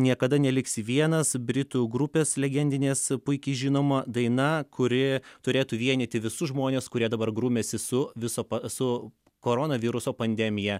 niekada neliksi vienas britų grupės legendinės puikiai žinoma daina kuri turėtų vienyti visus žmones kurie dabar grumiasi su viso su koronaviruso pandemija